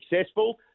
successful